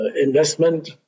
investment